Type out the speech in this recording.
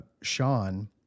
Sean